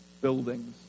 buildings